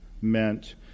meant